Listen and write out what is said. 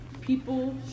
people